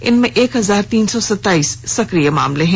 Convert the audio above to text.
इनमें एक हजार तीन सौ सताईस सक्रिय केस हैं